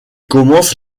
commence